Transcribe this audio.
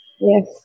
Yes